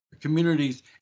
communities